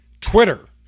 Twitter